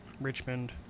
Richmond